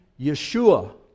Yeshua